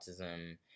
autism